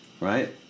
right